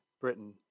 Britain